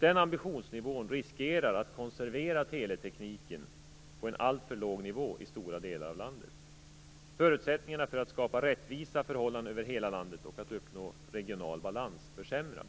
Den ambitionsnivån riskerar att konservera teletekniken på en alltför låg nivå i stora delar av landet. Förutsättningarna för att skapa rättvisa förhållanden över hela landet och för att uppnå regional balans försämras.